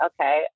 Okay